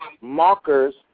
markers